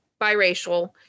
biracial